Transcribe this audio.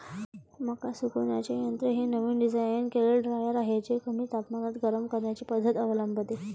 मका सुकवण्याचे यंत्र हे नवीन डिझाइन केलेले ड्रायर आहे जे कमी तापमानात गरम करण्याची पद्धत अवलंबते